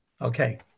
Okay